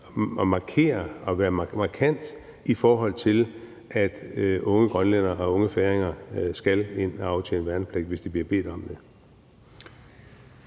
at markere og være markant, i forhold til at unge grønlændere og unge færinger skal ind at aftjene værnepligt, hvis de bliver bedt om det.